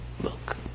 Look